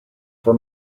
for